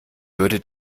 würde